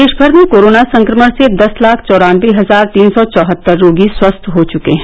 देशभर में कोरोना संक्रमण से दस लाख चौरान्नबे हजार तीन सौ चौहत्तर रोगी स्वस्थ हो चुके हैं